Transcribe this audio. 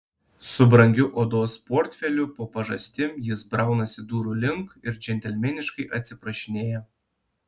su brangiu odos portfeliu po pažastim jis braunasi durų link ir džentelmeniškai atsiprašinėja